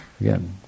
again